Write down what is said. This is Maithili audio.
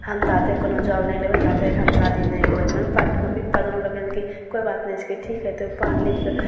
हम ता तक कोनो जॉब नहि लेबै ने ता तक हम शादी नहि करबै तऽ मम्मी पापा मम्मी पापा दुनू कहलकै हँ कि कोइ बात नहि छिकै ठीक हइ तोँ पढ़ लिख